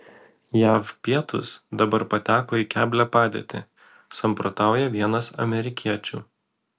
jav pietūs dabar pateko į keblią padėtį samprotauja vienas amerikiečių